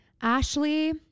Ashley